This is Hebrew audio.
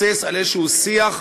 אבל הם חייבים להתבסס על שיח כלשהו,